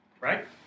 Right